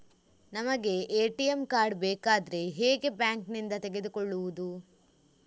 ನಮಗೆ ATM card ಬೇಕಾದ್ರೆ ಹೇಗೆ ಬ್ಯಾಂಕ್ ನಿಂದ ತೆಗೆದುಕೊಳ್ಳುವುದು?